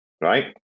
Right